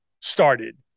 started